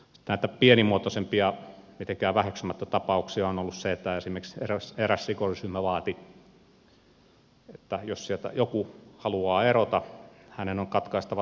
näitä pienimuotoisempia tapauksia mitenkään väheksymättä on ollut se että esimerkiksi eräs rikollisryhmä vaati että jos sieltä joku haluaa erota hänen on katkaistava sormensa